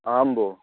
आं भो